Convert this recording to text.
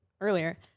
Earlier